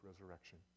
resurrection